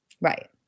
Right